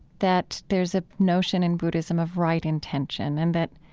that there's a notion in buddhism of right intention and that,